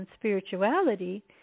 spirituality